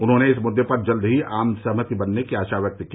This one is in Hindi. उन्होंने इस मुद्दे पर जल्द ही आम सहमति बनने की आशा व्यक्त की